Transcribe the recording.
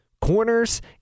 corners